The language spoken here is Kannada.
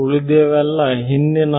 ಉಳಿದವೆಲ್ಲ ಹಿಂದಿನ